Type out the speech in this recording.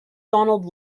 donald